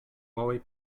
małej